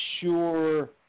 sure